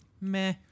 meh